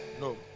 No